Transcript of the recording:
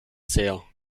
sehr